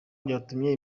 byatumye